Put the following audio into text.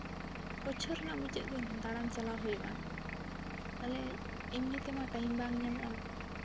ᱵᱚᱪᱷᱚᱨ ᱨᱮᱱᱟᱜ ᱢᱩᱪᱟᱹᱫ ᱫᱤᱱ ᱫᱟᱬᱟᱱ ᱪᱟᱞᱟᱣ ᱦᱩᱭᱩᱜᱼᱟ ᱛᱟᱦᱚᱞᱮ ᱮᱢᱱᱤ ᱛᱮᱢᱟ ᱴᱟᱭᱤᱢ ᱵᱟᱝ ᱧᱟᱢᱚᱜᱼᱟ